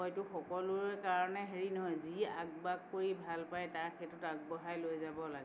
হয়তো সকলোৰে কাৰণে হেৰি নহয় যি আঁক বাক কৰি ভাল পায় তাক সেইটোত আগবঢ়াই লৈ যাব লাগে